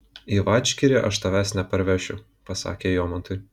į vadžgirį aš tavęs neparvešiu pasakė jomantui